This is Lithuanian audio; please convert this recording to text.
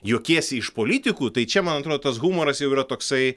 juokiesi iš politikų tai čia man atrodo tas humoras jau yra toksai